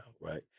right